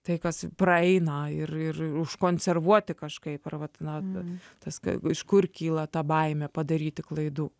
tai kas praeina ir ir užkonservuoti kažkaip ar vat na tas ka iš kur kyla ta baimė padaryti klaidų